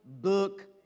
Book